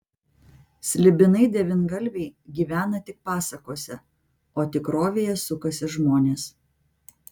slibinai devyngalviai gyvena tik pasakose o tikrovėje sukasi žmonės